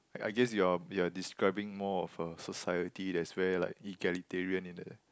I guess you are you are describing more of a society that's where like egalitarian in the